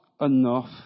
enough